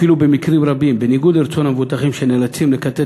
במקרים רבים אפילו בניגוד לרצון המבוטחים שנאלצים לכתת